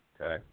okay